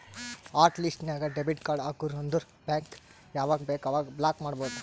hot list ನಾಗ್ debit card ಹಾಕುರ್ ಅಂದುರ್ ಬ್ಯಾಂಕ್ ಯಾವಾಗ ಬೇಕ್ ಅವಾಗ ಬ್ಲಾಕ್ ಮಾಡ್ಬೋದು